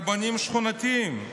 רבנים שכונתיים.